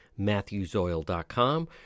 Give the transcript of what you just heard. matthewsoil.com